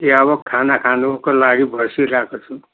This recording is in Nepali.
ए अब खाना खानुको लागि बसिरहेको छु